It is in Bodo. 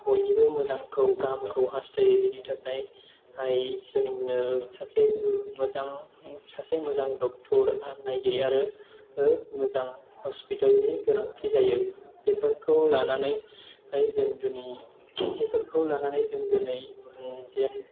बयनिबो मोजांखौ गाहामखौ हास्थायो बेनि थाखाय जोंनो सासे मोजां डक्ट'र आरो नायगिरि आरो मोजां हस्पिटालनि गोनांथि जायो बेफोरखौ लानानै जों दिनै बेफोरखौ लानानै जों दिनै मोनसे